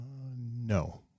No